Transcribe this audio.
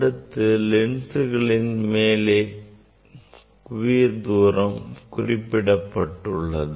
இந்த லென்சுகளின் குவிய தூரம் மேலே குறிப்பிடப்பட்டுள்ளது